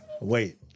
Wait